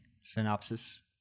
synopsis